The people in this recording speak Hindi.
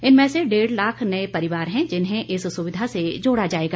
इनमें से डेढ़ लाख नए परिवार हैं जिन्हें इस सुविधा से जोड़ा जाएगा